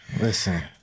listen